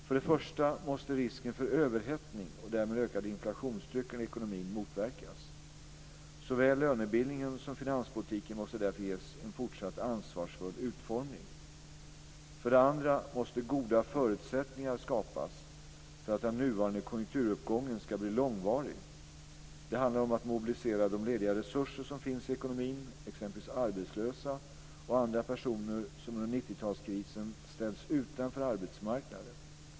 För det första måste risken för överhettning och därmed ökat inflationstryck i ekonomin motverkas. Såväl lönebildningen som finanspolitiken måste därför ges en fortsatt ansvarsfull utformning. För det andra måste goda förutsättningar skapas för att den nuvarande konjunkturuppgången ska bli långvarig. Det handlar om att mobilisera de lediga resurser som finns i ekonomin, exempelvis arbetslösa och andra personer som under 90-talskrisen ställts utanför arbetsmarknaden.